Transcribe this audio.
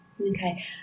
Okay